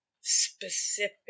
specific